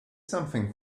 something